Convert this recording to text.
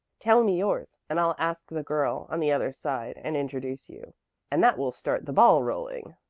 tell me yours, and i'll ask the girl on the other side and introduce you and that will start the ball rolling.